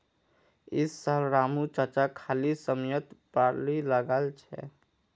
इस साल रामू चाचा खाली समयत बार्ली लगाल छ